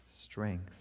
strength